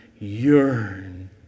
yearn